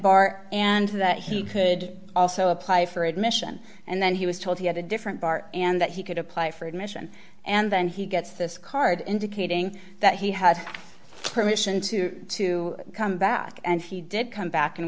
bar and that he could also apply for admission and then he was told he had a different bar and that he could apply for admission and then he gets this card indicating that he has permission to to come back and he did come back and